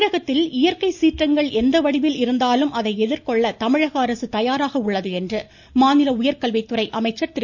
அன்பழகன் தமிழகத்தில் இயற்கை சீற்றங்கள் எந்த வடிவில் இருந்தாலும் அதை எதிர்கொள்ள தமிழக அரசு தயாராக உள்ளது என்று மாநில உயர்கல்வித்துறை அமைச்சர் திரு